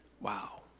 Wow